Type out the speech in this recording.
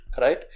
right